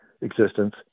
existence